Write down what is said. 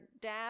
dad